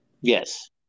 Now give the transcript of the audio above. Yes